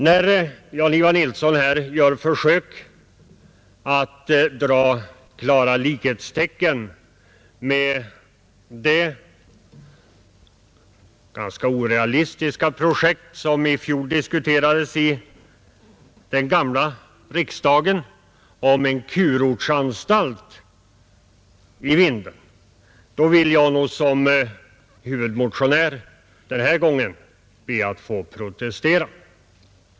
När Jan-Ivan Nilsson i Tvärålund här gör försök att dra en klar parallell med det ganska orealistiska projekt som i fjol diskuterades i den gamla riksdagen, nämligen förslaget om en kurortsanstalt i Vindeln, vill jag som huvudmotionär den här gången protestera.